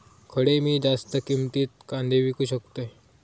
खडे मी जास्त किमतीत कांदे विकू शकतय?